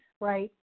right